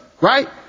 right